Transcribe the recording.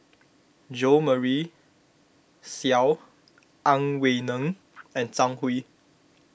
Jo Marion Seow Ang Wei Neng and Zhang Hui